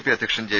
P അധ്യക്ഷൻ J